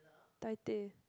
Thai teh